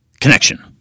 connection